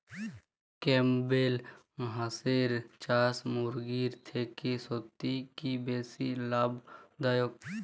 Campbell হাঁসের চাষ মুরগির থেকে সত্যিই কি বেশি লাভ দায়ক?